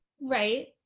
Right